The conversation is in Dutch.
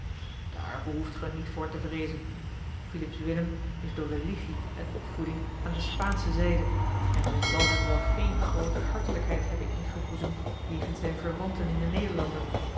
daar behoeft ge niet voor te vreezen philips willem is door religie en opvoeding aan de spaansche zijde en men zal hem wel geene groote hartelijkheid hebben ingeboezemd jegens zijne verwanten in de nederlanden